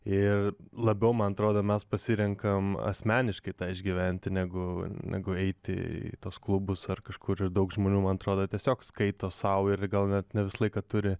ir labiau man atrodo mes pasirenkam asmeniškai tą išgyventi negu negu eiti į tuos klubus ar kažkur daug žmonių man atrodo tiesiog skaito sau ir gal net ne visą laiką turi